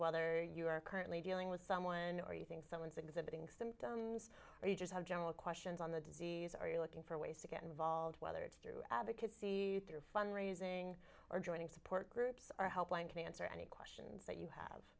whether you are currently dealing with someone or you think someone's exhibiting symptoms or you just have general questions on the disease are you looking for ways to get involved whether it's through advocacy with their fund raising or joining support groups are helpline can answer any questions that you have